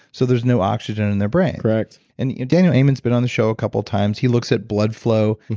so there's no oxygen in their brain correct and daniel amen's been on the show a couple of times. he looks at blood flow,